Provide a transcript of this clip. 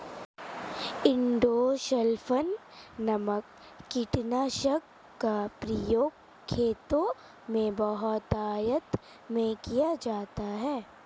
endosulfan नामक कीटनाशक का प्रयोग खेतों में बहुतायत में किया जाता है